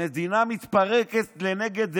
המדינה מתפרקת לנגד עינינו.